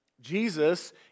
Jesus